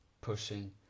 pushing